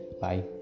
Bye